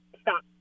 Stop